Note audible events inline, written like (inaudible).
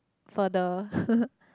further (laughs)